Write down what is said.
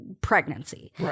pregnancy